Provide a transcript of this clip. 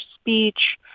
speech